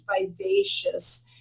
vivacious